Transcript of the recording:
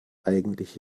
eigentlich